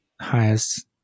highest